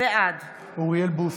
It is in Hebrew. בעד אוריאל בוסו.